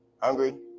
Hungry